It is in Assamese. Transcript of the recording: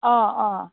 অঁ অঁ